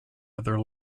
other